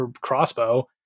crossbow